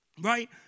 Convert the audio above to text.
right